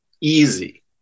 easy